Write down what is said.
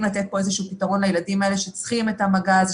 לתת פה איזשהו פתרון לילדים האלה שצריכים את המגע את זה,